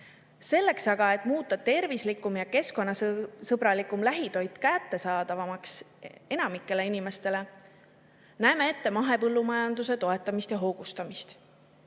Selleks aga, et muuta tervislikum ja keskkonnasõbralikum lähitoit kättesaadavamaks enamikule inimestele, näeme ette mahepõllumajanduse toetamist ja hoogustamist.